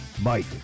Mike